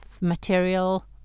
material